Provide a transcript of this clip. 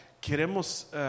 queremos